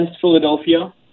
Philadelphia